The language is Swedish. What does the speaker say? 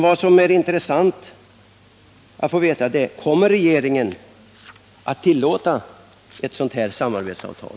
Vad som är intressant att få veta är om regeringen kommer att tillåta ett sådant här samarbetsavtal.